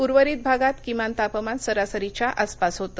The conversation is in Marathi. उर्वरित भागात किमान तापमान सरासरीच्या आसपास होते